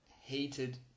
hated